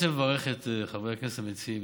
אני רוצה לברך את חברי הכנסת המציעים,